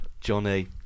Johnny